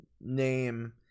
name